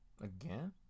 Again